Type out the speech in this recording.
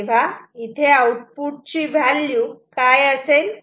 तेव्हा इथे आउटपुट ची व्हॅल्यू काय असेल